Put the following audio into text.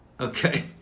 Okay